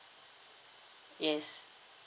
yes